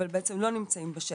אבל בעצם לא נמצאים בשטח,